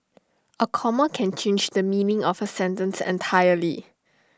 A comma can change the meaning of A sentence entirely